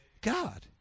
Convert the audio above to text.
God